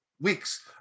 weeks